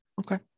Okay